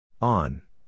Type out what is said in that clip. On